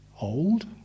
old